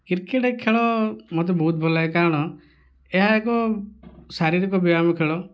cricket ଖେଳ ମତେ ବହୁତ ଭଲ ଲାଗେ କାରଣ ଏହା ଏକ ଶାରୀରିକ ବ୍ୟୟାମ ଖେଳ